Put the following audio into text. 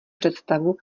představu